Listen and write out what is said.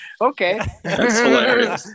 Okay